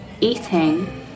eating